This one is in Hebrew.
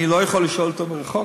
אני לא יכול לשאול אותו מרחוק,